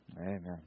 Amen